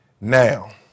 now